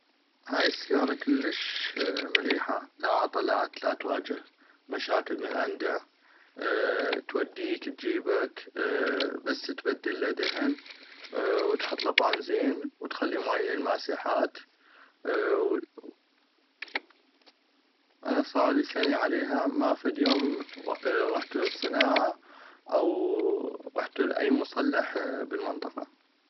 هاي السيارة كلش مليحة لا عطلات لاتواجه مشاكل من عندا توديك تجيبك بس تبدلها دهن وتحطلى بانزين وتخلي ماي للماسحات ووو. انا صاغلي سني عليها ما فد يوم غحتو للصناعة او غحتو ل اي مصلح بل المنطقة.